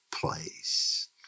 place